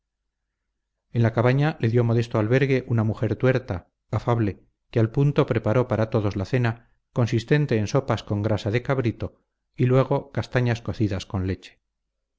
en la cabaña le dio modesto albergue una mujer tuerta afable que al punto preparó para todos la cena consistente en sopas con grasa de cabrito y luego castañas cocidas con leche